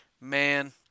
man